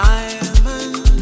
Diamond